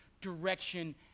direction